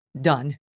done